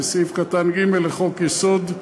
ו-(ג) לחוק-יסוד: